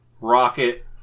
Rocket